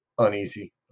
Uneasy